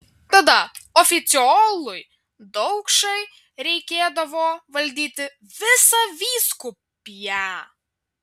tada oficiolui daukšai reikėdavo valdyti visą vyskupiją